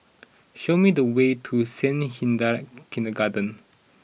show me the way to Saint Hilda's Kindergarten